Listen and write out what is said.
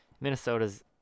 Minnesota's